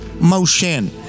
motion